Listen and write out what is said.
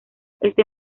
este